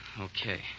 Okay